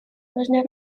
должна